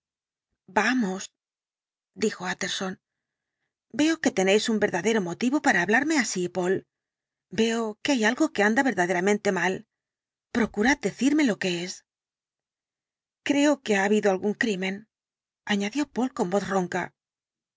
vamos dijo tjtterson veo que tenéis un verdadero motivo para hablarme así poole veo que hay algo que anda verdaderamente mal procurad decirme lo que es creo que ha habido algún crimen añadió poole con voz ronca